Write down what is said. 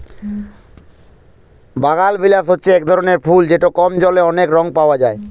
বাগালবিলাস হছে ইক রকমের ফুল যেট কম জলে অলেক রঙে পাউয়া যায়